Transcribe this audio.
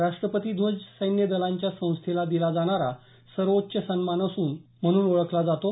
राष्ट्रपती ध्वज सैन्यदलांच्या संस्थेला दिला जाणारा सर्वोच्च सन्मान म्हणून ओळखला जातो